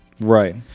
Right